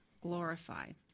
glorified